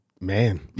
man